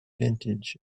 vintage